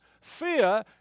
fear